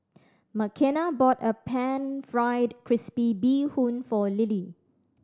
Makena bought a Pan Fried Crispy Bee Hoon for Lilly